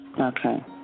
Okay